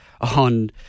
on